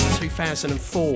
2004